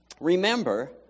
Remember